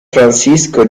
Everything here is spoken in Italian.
francisco